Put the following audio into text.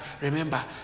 remember